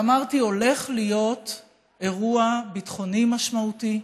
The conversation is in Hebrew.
ואמרתי: הולך להיות אירוע ביטחוני משמעותי.